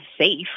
safe